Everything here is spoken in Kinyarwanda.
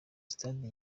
stade